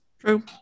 True